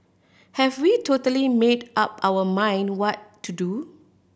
have we totally made up our mind what to do